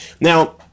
Now